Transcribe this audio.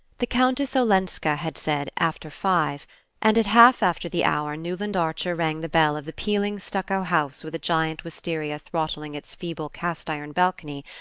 the countess olenska had said after five and at half after the hour newland archer rang the bell of the peeling stucco house with a giant wisteria throttling its feeble cast-iron balcony,